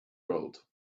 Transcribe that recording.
world